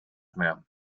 mehr